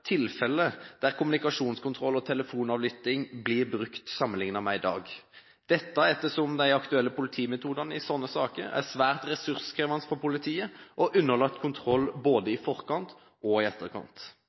tilfeller der kommunikasjonskontroll og telefonavlytting blir brukt, sammenlignet med i dag, ettersom de aktuelle politimetodene i sånne saker er svært ressurskrevende for politiet og underlagt kontroll både